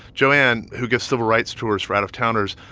joanne, who gives civil rights tours for out-of-towners,